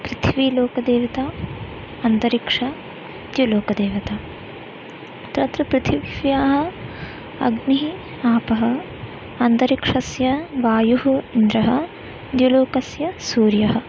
पृथ्वीलोकदेवता अन्तरिक्ष द्युलोकदेवता तत्र पृथिव्याः अग्निः आपः अन्तरिक्षस्य वायुः इन्द्रः द्युलोकस्य सूर्यः